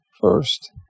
first